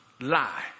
lie